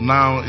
Now